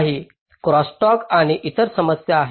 काही cross talk आणि इतर समस्या आहेत